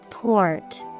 Port